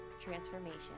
transformation